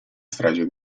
strage